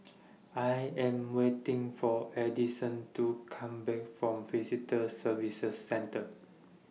I Am waiting For Adison to Come Back from Visitor Services Centre